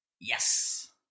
Yes